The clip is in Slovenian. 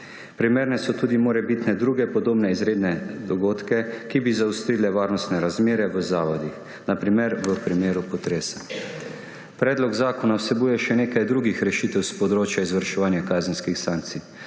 Primerne so tudi za morebitne druge podobne izredne dogodke, ki bi zaostrili varnostne razmere v zavodih, na primer v primeru potresa. Predlog zakona vsebuje še nekaj drugih rešitev s področja izvrševanja kazenskih sankcij.